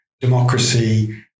democracy